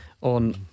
On